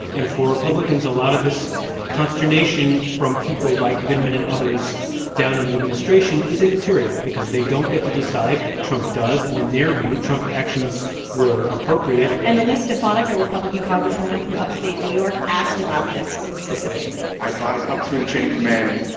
and for republicans, a lot of this consternation from people like vindman and others down in the administration is immaterial because they don't get to decide. trump does. and in their view, trump actions were appropriate and elise stefanik, a republican congresswoman from upstate new york, asked about this specifically i advise up through the chain of command.